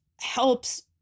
helps